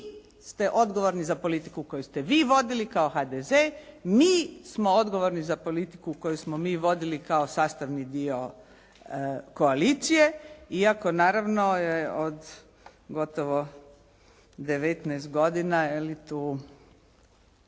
ste odgovorni za politiku koju ste vi vodili kao HDZ. Mi smo odgovorni za politiku koju smo mi vodili kao sastavni dio koalicije, iako naravno od gotovo 19 godina tu